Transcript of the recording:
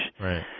Right